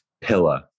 pillar